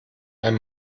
ein